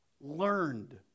learned